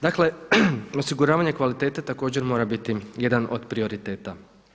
Dakle osiguravanje kvalitete također mora biti jedan od prioriteta.